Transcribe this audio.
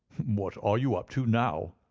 what are you up to now?